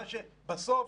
בסוף,